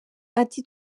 ati